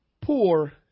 poor